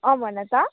अँ भन त